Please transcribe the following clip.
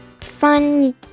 fun